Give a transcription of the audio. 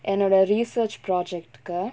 என்னோட:ennoda research project கு:ku